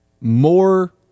more